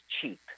cheap